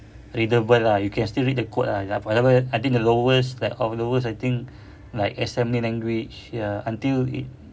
readable lah you can still read the code ah like for example I think the lowest like out of the worst I think like S language until